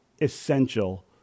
essential